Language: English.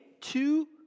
two